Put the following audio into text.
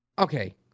Okay